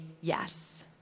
yes